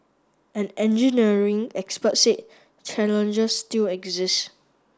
an engineering expert said challenges still exist